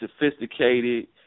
sophisticated